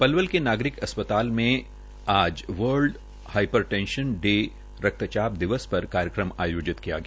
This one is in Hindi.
पलवल के नागरिक अस्पताल में आज वर्ल्ड हाईपर टेंशन डे रक्तचात दिवस पर कार्यक्रम आयोजित किया गया